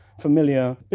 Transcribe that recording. familiar